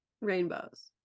rainbows